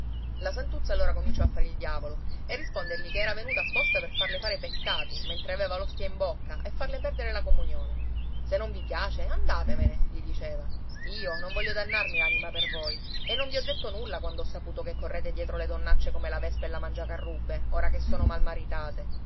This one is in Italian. la santuzza allora cominciò a fare il diavolo e rispondergli che era venuto apposta per farle fare peccati mentre aveva l'ostia in bocca e farle perdere la comunione se non vi piace andatevene gli diceva io non voglio dannarmi l'anima per voi e non vi ho detto nulla quando ho saputo che correte dietro le donnacce come la vespa e la mangiacarrubbe ora che sono malmaritate